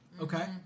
Okay